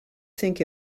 think